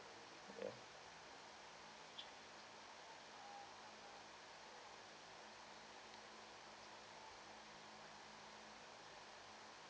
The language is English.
ya